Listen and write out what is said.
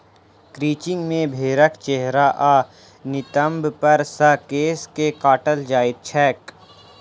crutching मे भेंड़क चेहरा आ नितंब पर सॅ केश के काटल जाइत छैक